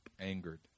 angered